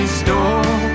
store